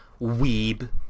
Weeb